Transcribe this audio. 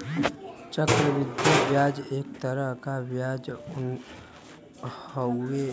चक्र वृद्धि ब्याज एक तरह क ब्याज हउवे